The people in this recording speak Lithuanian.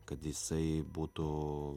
kad jisai būtų